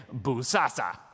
busasa